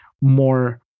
more